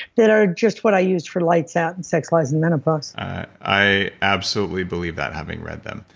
that are just what i used for lights out and sex, lies and menopause i absolutely believe that having read them.